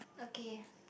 okay